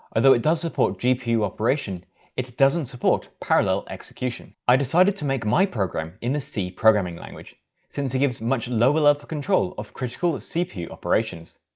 although it does support gpu operation it doesn't support parallel execution. i decided to make my program in the c programming language since it gives much lower level control of critical cpu operations.